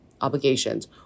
Obligations